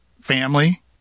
family